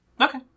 Okay